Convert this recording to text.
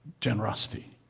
generosity